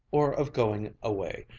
or of going away,